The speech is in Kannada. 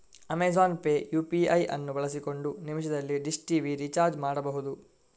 ಅಮೆಜಾನ್ ಪೇ ಯು.ಪಿ.ಐ ಅನ್ನು ಬಳಸಿಕೊಂಡು ನಿಮಿಷದಲ್ಲಿ ಡಿಶ್ ಟಿವಿ ರಿಚಾರ್ಜ್ ಮಾಡ್ಬಹುದು